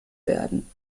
werden